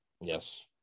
yes